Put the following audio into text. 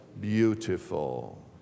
beautiful